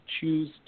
choose